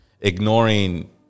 ignoring